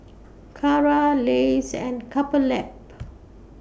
Kara Lays and Couple Lab